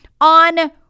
On